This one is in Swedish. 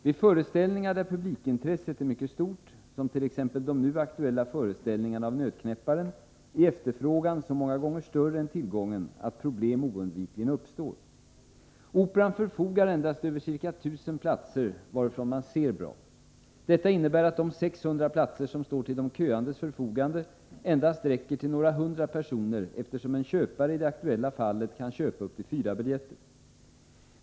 Vid föreställningar där publikintresset är mycket stort, som t.ex. de nu aktuella föreställningarna av Nötknäpparen, är efterfrågan så många gånger större än tillgången att problem oundvikligen uppstår. Operan förfogar endast över ca 1000 platser varifrån man ser bra. Detta innebär att de 600 platser som står till de köandes förfogande endast räcker till några hundra personer eftersom en köpare i det aktuella fallet kan köpa upp till fyra biljetter.